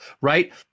right